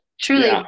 truly